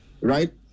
right